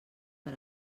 per